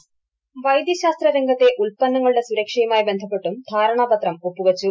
voice വൈദ്യശാസ്ത്ര രംഗത്തെ ഉൽപ്പന്നങ്ങളുടെ സുരക്ഷയുമായി ബന്ധപ്പെട്ടും ധാരണാ പത്രം ഒപ്പുവച്ചു